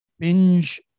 binge